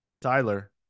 Tyler